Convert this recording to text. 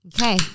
Okay